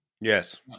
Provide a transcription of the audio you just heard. Yes